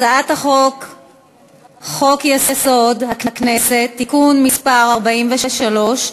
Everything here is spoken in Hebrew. הצעת חוק-יסוד: הכנסת (תיקון מס' 43)